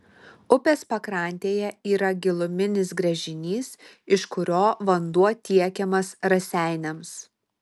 upės pakrantėje yra giluminis gręžinys iš kurio vanduo tiekiamas raseiniams